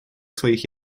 своих